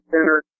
Center